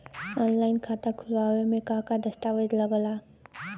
Online खाता खूलावे म का का दस्तावेज लगा ता?